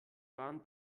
waren